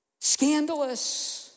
Scandalous